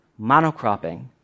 monocropping